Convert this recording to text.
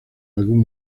algún